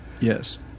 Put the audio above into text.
Yes